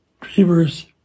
dreamers